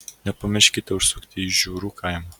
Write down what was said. nepamirškite užsukti į žiurų kaimą